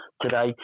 today